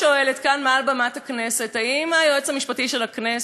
האם היועץ המשפטי של הכנסת יוכל להגן על החוק הזה?